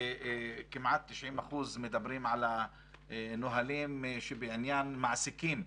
וכמעט 90% מדברים על הנהלים בעניין מעסיקים.